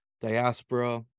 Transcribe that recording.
diaspora